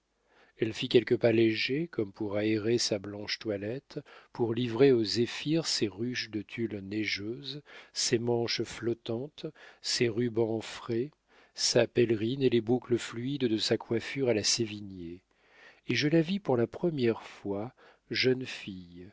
elle fit quelques pas légers comme pour aérer sa blanche toilette pour livrer au zéphyr ses ruches de tulle neigeuses ses manches flottantes ses rubans frais sa pèlerine et les boucles fluides de sa coiffure à la sévigné et je la vis pour la première fois jeune fille